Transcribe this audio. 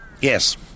Yes